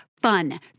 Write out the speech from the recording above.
fun